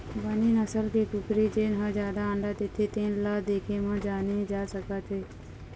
बने नसल के कुकरी जेन ह जादा अंडा देथे तेन ल देखे म जाने जा सकत हे